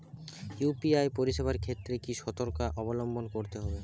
UPI পরিসেবার ক্ষেত্রে কি সতর্কতা অবলম্বন করতে হবে?